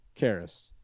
Karis